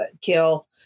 kill